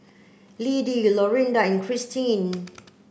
Lidie Lorinda and Kristin